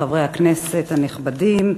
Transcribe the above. חברי הכנסת הנכבדים,